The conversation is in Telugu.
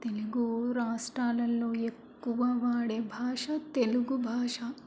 తెలుగు రాష్ట్రాలల్లో ఎక్కువ వాడే భాష తెలుగు భాష